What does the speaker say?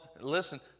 listen